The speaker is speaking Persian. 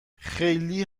خیلی